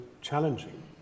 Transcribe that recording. challenging